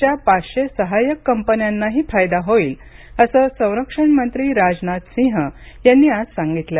च्या पाचशे सहायक कंपन्यांनाही फायदा होईल असं संरक्षण मंत्री राजनाथ सिंह यांनी आज सांगितलं